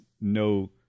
no